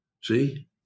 See